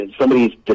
somebody's